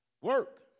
Work